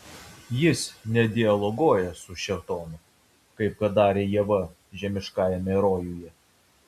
jis nedialoguoja su šėtonu kaip kad darė ieva žemiškajame rojuje